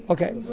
Okay